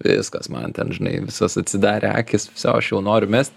viskas man ten žinai visos atsidarė akys fsio aš jau noriu mest